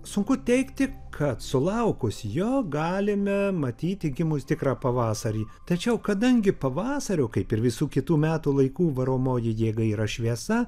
sunku teigti kad sulaukus jo galime matyti gimus tikrą pavasarį tačiau kadangi pavasario kaip ir visų kitų metų laikų varomoji jėga yra šviesa